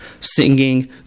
singing